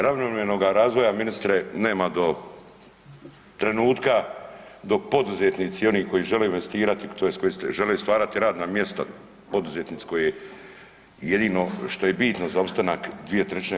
Ravnomjernoga razvoja, ministre, nema do trenutka dok poduzetnici, oni koji žele investirati, tj. koji žele stvarati radna mjesta, poduzetnici koji jedino što je bitno za opstanak 2/